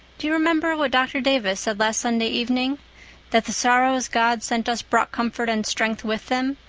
do you remember what dr. davis said last sunday evening that the sorrows god sent us brought comfort and strength with them,